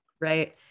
Right